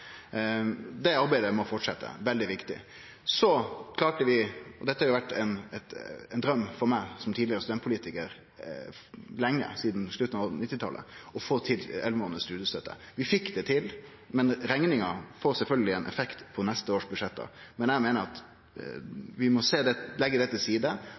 Det arbeidet må fortsetje, det er veldig viktig. Så klarte vi, og det har vore ein draum for meg som tidligare studentpolitikar lenge – sidan slutten av 1990-talet – å få til studiestønad i elleve månader. Vi fekk det til, men rekninga får sjølvsagt ein effekt på budsjetta dei neste åra. Men eg meiner at vi må leggje det til side